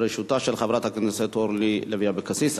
בראשותה של חברת הכנסת אורלי לוי אבקסיס.